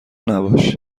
نباش